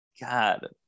God